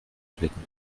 blicken